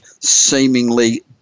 seemingly